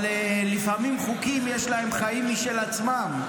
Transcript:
אבל לפעמים חוקים, יש להם חיים משל עצמם.